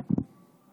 יושב-ראש